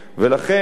ולכן,